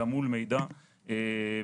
אלא מול מידע ממוחשב.